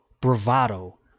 bravado